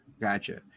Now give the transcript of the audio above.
Gotcha